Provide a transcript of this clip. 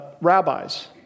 rabbis